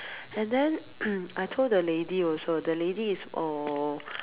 and then I told the lady also the lady is err